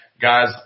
guys